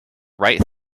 right